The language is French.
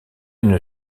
une